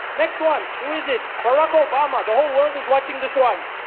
next one. who is it? barack obama, the whole world is watching this one.